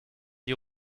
die